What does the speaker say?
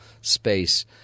space